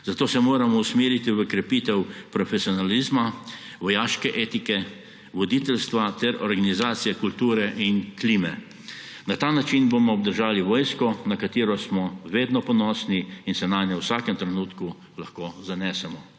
zato se moramo usmeriti v krepitev profesionalizma, vojaške etike, voditeljstva ter organizacije kulture in klime. Na ta način bomo obdržali vojsko, na katero smo vedno ponosni in se nanjo v vsakem trenutku lahko zanesemo.